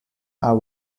are